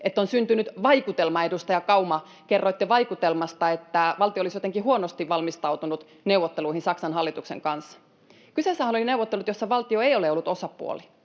että on syntynyt vaikutelma — edustaja Kauma, kerroitte vaikutelmasta — että valtio olisi jotenkin huonosti valmistautunut neuvotteluihin Saksan hallituksen kanssa. Kyseessähän olivat neuvottelut, joissa valtio ei ole ollut osapuoli,